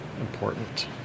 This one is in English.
important